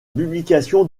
publication